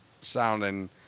sounding